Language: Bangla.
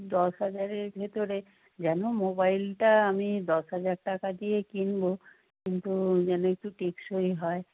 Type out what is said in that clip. দশ হাজারের ভেতরে যেন মোবাইলটা আমি দশ হাজার টাকা দিয়ে কিনবো কিন্তু যেন একটু টেকসই হয়